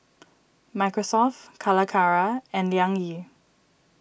Microsoft Calacara and Liang Yi